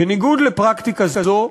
בניגוד לפרקטיקה זו,